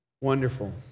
Wonderful